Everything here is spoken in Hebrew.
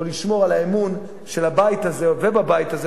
או לשמור על האמון של הבית הזה ובבית הזה,